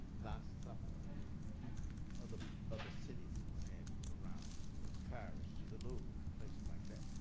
last supper and to other other cities and what have you around and go to paris, to the louvre and places like that.